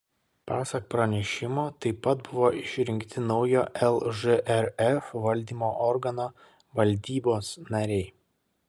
pasak pranešimo taip pat buvo išrinkti naujo lžrf valdymo organo valdybos nariai